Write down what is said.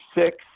six